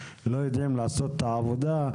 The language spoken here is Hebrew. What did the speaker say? לא יודעים לעשות את העבודה,